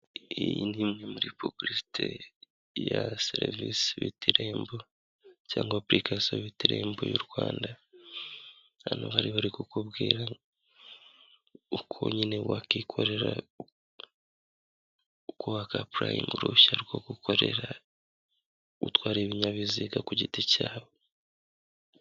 Iyi ni imwe muri puburisite ya serivisi z'irembo cyangwa apurikasiyo yitwa irembo ry'Rwanda hano hari bari kukubwira uko nyine wakwikorera uko wakwapurayingira uruhushya rwo gutwara ibinyabiziga ku giti cyawe.